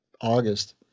August